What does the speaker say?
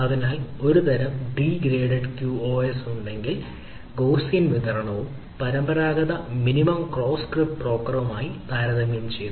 അതിനാൽ ഒരു തരം ഡീഗ്രേഡഡ് QoS ഉണ്ടെങ്കിൽ ഗോസിയൻവിതരണവും പരമ്പരാഗത മിനിമം കോസ്റ്റ് ക്രിസ്പ് ബ്രോക്കറുമായി താരതമ്യപ്പെടുത്തിയും ചെയ്തു